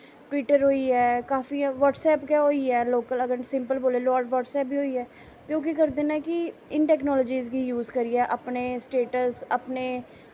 Twitter होईयै WhatsApp गै होईया अगर सिंपल बोलो लॉक ब्हटसैप बी होईया ऐ ते ओह् केह् करदे नै कि इन्न टैकनॉलजी गी यूस करियै अपने स्टेटस अपने